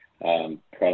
product